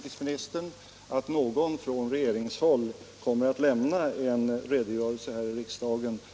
kränkning av svenskt luftrum Om åtgärder för att bereda familjen Agapov möjligheter att återförenas